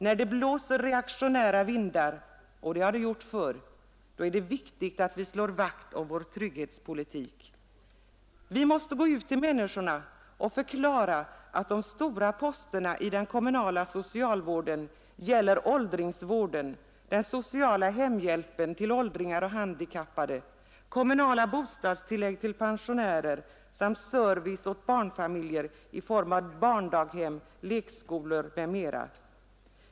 När det blåser reaktionära vindar — och det har det gjort förr — är det viktigt att vi slår vakt om vår trygghetspolitik. Vi måste gå ut till människorna och förklara att de stora posterna i den kommunala socialvården gäller åldringsvården, den sociala hemhjälpen till åldringar och handikappade, kommunala bostadstillägg till pensionärer samt service åt barnfamiljer i form av barndaghem, lekskolor m.m.